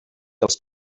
els